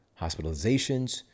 hospitalizations